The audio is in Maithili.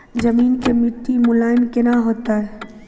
जमीन के मिट्टी मुलायम केना होतै?